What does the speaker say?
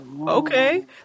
okay